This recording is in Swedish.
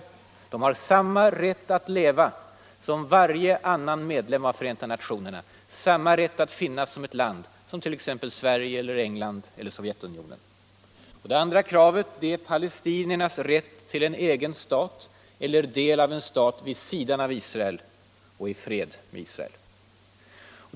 Landet har samma rätt att leva som varje annan medlem av Förenta nationerna, samma rätt debatt och valutapolitisk debatt att finnas till som t.ex. Sverige, England eller Sovjetunionen. Det andra kravet är palestiniernas rätt till en egen stat eller del av en stat vid sidan av Israel och i fred med Israel.